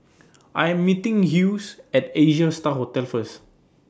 I Am meeting Hughes At Asia STAR Hotel First